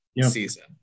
season